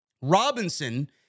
Robinson